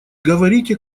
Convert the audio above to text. говорите